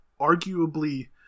arguably